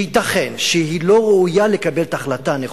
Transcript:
שייתכן שהיא לא ראויה לקבל את ההחלטה הנכונה,